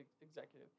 executive